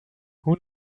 who